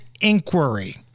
inquiry